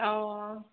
औ